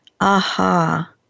aha